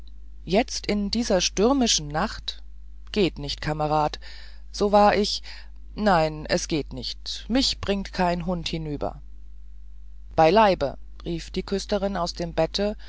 jetzt in dieser stürmischen nacht geht nicht kamerad so wahr ich nein es geht nicht mich bringt kein hund hinüber beileibe rief die küsterin aus dem bette